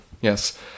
Yes